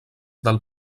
del